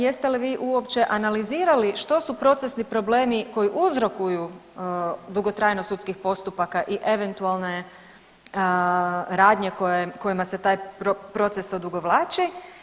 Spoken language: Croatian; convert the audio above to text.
Jeste li vi uopće analizirali što su procesni problemi koji uzrokuju dugotrajnost sudskih postupaka i eventualne radnje koje, kojima se taj proces odugovlači?